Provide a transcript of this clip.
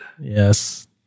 Yes